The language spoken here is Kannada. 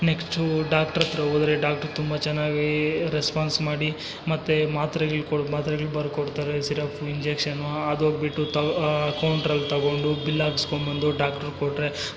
ನೆಕ್ಸ್ಟು ಡಾಕ್ಟ್ರ್ ಹತ್ರ ಹೋದ್ರೆ ಡಾಕ್ಟ್ರ್ ತುಂಬ ಚೆನ್ನಾಗೀ ರೆಸ್ಪಾನ್ಸ್ ಮಾಡಿ ಮತ್ತು ಮಾತ್ರೆಗಳು ಕೊಡು ಮಾತ್ರೆಗಳು ಬರ್ಕೊಡ್ತಾರೆ ಸಿರಫ್ಫು ಇಂಜೆಕ್ಷನು ಅದು ಬಿಟ್ಟು ತಗೋ ಕೌಂಟ್ರಲ್ಲಿ ತೊಗೊಂಡು ಬಿಲ್ ಹಾಕಿಸ್ಕೋಂಬಂದು ಡಾಕ್ಟ್ರಿಗೆ ಕೊಟ್ಟರೆ